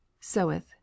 soweth